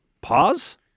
Pause